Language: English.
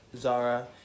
Zara